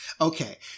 Okay